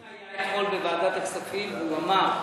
שר הפנים היה אתמול בוועדת הכספים, והוא אמר: